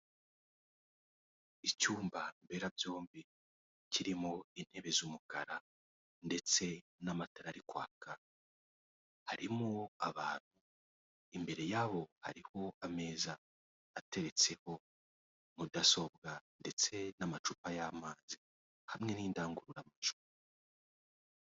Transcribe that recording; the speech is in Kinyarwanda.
Icyumba mberabyombi kirimo intebe z'umukara ndetse n'amatara ari kwaka, harimo abantu, imbere yabo hariho ameza ateretseho mudasobwa ndetse n'amacupa y'amazi hamwe n'indangururamajwi.